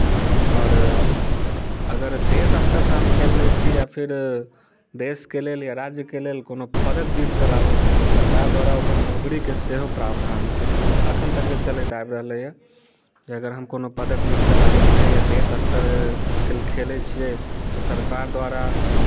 आओर अगर देश स्तरसँ हम खेल लैत छी या फेर देशके लेल या राज्यके लेल कोनो पदक जीत कऽ लाबैत छी तऽ सरकार द्वारा ओकर नौकरीके सेहो प्रावधान छै एखन तक जे चलैत आबि रहलैए जे अगर हम कोनो पदक जीत कऽ लाबैत छियै या देश स्तर के लिये खेलैत छियै तऽ सरकार द्वारा